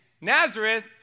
Nazareth